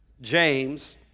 James